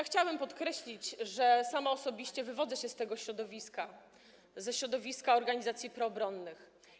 Chciałabym podkreślić, że sama osobiście wywodzę się z tego środowiska, ze środowiska organizacji proobronnych.